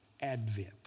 advent